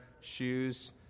shoes